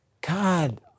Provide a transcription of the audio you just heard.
God